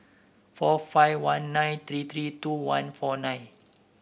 four five one nine three three two one four nine